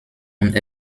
und